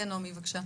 נעמי, בבקשה.